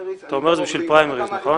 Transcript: אתה אומר את זה בשביל פריימריז, נכון?